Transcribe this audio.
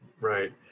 Right